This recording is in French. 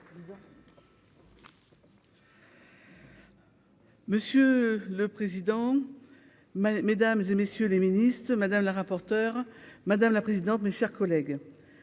Monsieur le président, mais mesdames et messieurs les ministres, madame la rapporteure, madame la présidente, mes chers collègues,